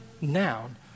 noun